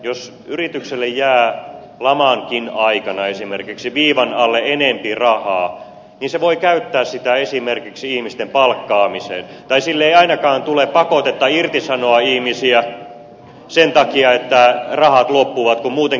jos yritykselle jää esimerkiksi lamankin aikana viivan alle enempi rahaa se voi käyttää sitä esimerkiksi ihmisten palkkaamiseen tai sille ei ainakaan tule pakotetta irtisanoa ihmisiä sen takia että rahat loppuvat kun muutenkin kysyntää on vähemmän